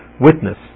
witness